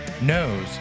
knows